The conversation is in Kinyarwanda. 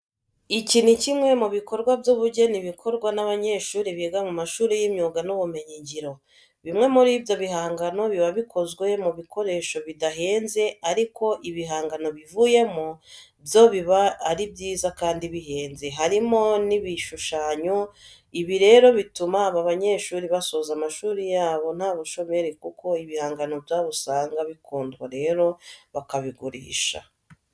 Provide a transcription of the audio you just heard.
Iki ni kimwe mu bikorwa by'ubugeni bikorwa n'abanyeshuri biga mu mashuri y'imyuga n'ibumenyingiro. Bimwe muri ibyo bihangano biba bikozwe mu bikoresho bidahenze ariko ibihangano bivuyemo byo biba ari byiza kandi bihenze, harimo k'ibishushanyo. Ibi rero bituma aba banyeshuri basoza amashuri yabo nta bushomeri kuko ibihangano byabo usanga bikundwa rero bakabigurisha.